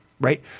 right